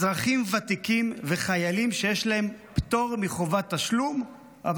אזרחים ותיקים וחיילים שיש להם פטור מחובת תשלום אבל